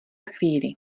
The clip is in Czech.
chvíli